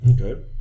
Okay